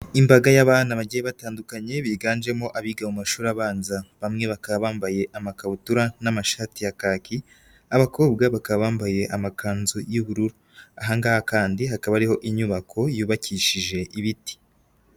Imbaga y'abana bagiye batandukanye biganjemo abiga mu mashuri abanza, bamwe bakaba bambaye amakabutura n'amashati ya kaki, abakobwa bakaba bambaye amakanzu y'ubururu, aha ngaha kandi hakaba hariho inyubako yubakishije ibiti.